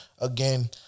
again